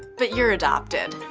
but you're adopted.